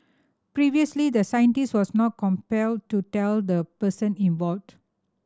previously the scientist was not compelled to tell the person involved